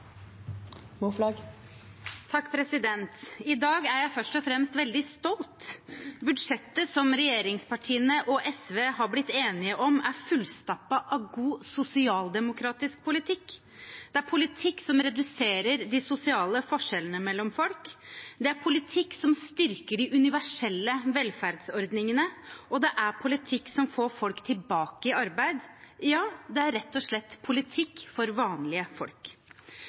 I dag er jeg først og fremst veldig stolt. Budsjettet som regjeringspartiene og SV har blitt enige om, er fullstappet av god sosialdemokratisk politikk. Det er politikk som reduserer de sosiale forskjellene mellom folk, det er politikk som styrker de universelle velferdsordningene, og det er politikk som får folk tilbake i arbeid. Ja, det er rett og slett politikk for vanlige folk.